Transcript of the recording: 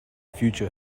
future